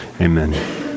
Amen